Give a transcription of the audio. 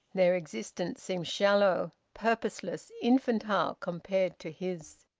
their existence seemed shallow, purposeless, infantile, compared to his.